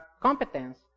competence